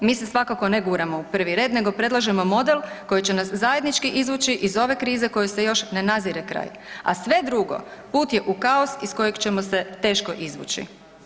Mi se svakako ne guramo u prvi red nego predlažemo model koji će nas zajednički izvući iz ove krize kojoj se još ne nadzire kraj, a sve drugo put je u kaos iz kojeg ćemo se teško izvući.